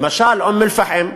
למשל, אום-אלפחם: